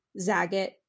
Zagat